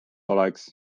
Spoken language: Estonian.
oleks